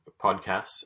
podcasts